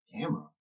Camera